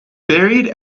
buried